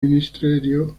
ministerio